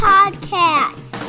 Podcast